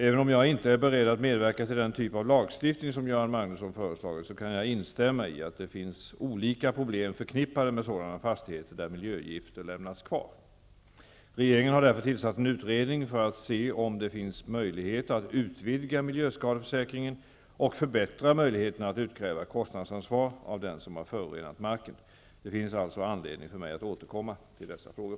Även om jag inte är beredd att medverka till den typ av lagstiftning som Göran Magnusson föreslagit, kan jag instämma i att det finns olika problem förknippade med sådana fastigheter där miljögifter lämnats kvar. Regeringen har därför tillsatt en utredning för att se om det finns möjligheter att utvidga miljöskadeförsäkringen och förbättra möjligheterna att utkräva kostnadsansvar av den som har förorenat marken. Det finns alltså anledning för mig att återkomma till dessa frågor.